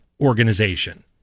organization